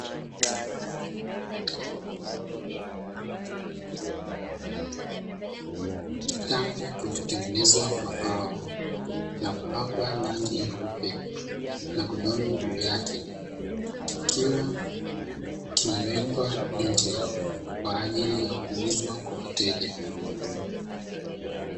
Kitanda kilichotengenezwa kwa mbao, na kupakwa rangi nyeupe na godoro juu yake, ikiwa kimewekwa nje, kwa ajili ya kuuzwa kwa wateja.